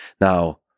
Now